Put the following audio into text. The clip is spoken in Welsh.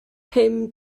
pum